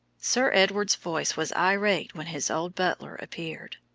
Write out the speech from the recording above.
sir edward's voice was irate when his old butler appeared.